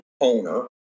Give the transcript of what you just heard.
owner